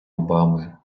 обами